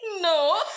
no